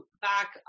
back